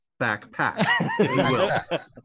backpack